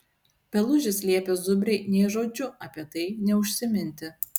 pelužis liepė zubriui nė žodžiu apie tai neužsiminti